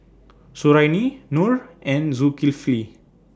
Suriani Noh and Zulkifli